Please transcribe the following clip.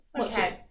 Okay